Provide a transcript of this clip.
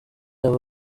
aba